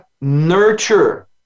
nurture